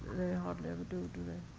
hardly ever do, do they?